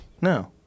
No